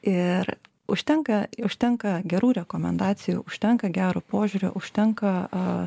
ir užtenka užtenka gerų rekomendacijų užtenka gero požiūrio užtenka